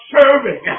serving